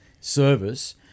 service